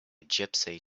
gypsy